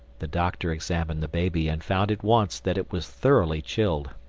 the doctor examined the baby and found at once that it was thoroughly chilled.